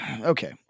okay